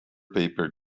paper